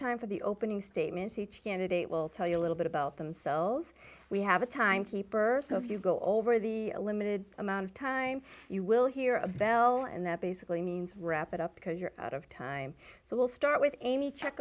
time for the opening statements each candidate will tell you a little bit about themselves we have a timekeeper so if you go over the a limited amount of time you will hear a bell and that basically means wrap it up because you're out of time so we'll start with amy check